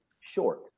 short